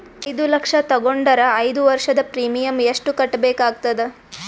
ಐದು ಲಕ್ಷ ತಗೊಂಡರ ಐದು ವರ್ಷದ ಪ್ರೀಮಿಯಂ ಎಷ್ಟು ಕಟ್ಟಬೇಕಾಗತದ?